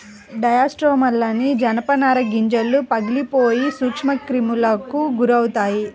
dry స్టోర్రూమ్లోని జనపనార గింజలు పగిలిపోయి సూక్ష్మక్రిములకు గురవుతాయి